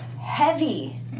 Heavy